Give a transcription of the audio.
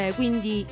quindi